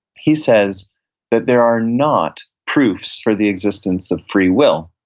he says that there are not proofs for the existence of free will,